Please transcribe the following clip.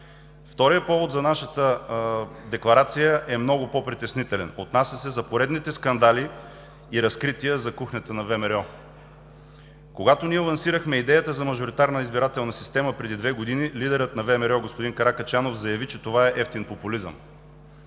Вторият повод за нашата Декларация е много по-притеснителен – отнася се за поредните скандали и разкрития за „кухнята“ за ВМРО. Когато ние лансирахме идеята за мажоритарна избирателна система преди две години, лидерът на ВМРО господин Каракачанов заяви, че това е евтин популизъм.